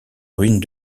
ruines